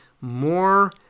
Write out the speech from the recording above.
more